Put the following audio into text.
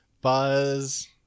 Buzz